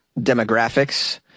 demographics